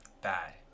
Bad